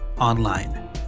Online